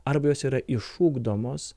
arba jos yra išugdomos